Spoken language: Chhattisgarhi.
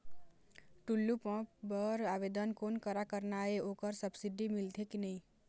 टुल्लू पंप बर आवेदन कोन करा करना ये ओकर सब्सिडी मिलथे की नई?